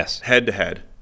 head-to-head